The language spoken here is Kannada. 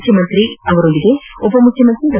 ಮುಖ್ಯಮಂತ್ರಿ ಅವರೊಂದಿಗೆ ಉಪಮುಖ್ಯಮಂತ್ರಿ ಡಾ